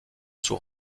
sous